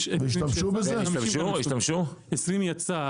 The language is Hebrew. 20 יצא,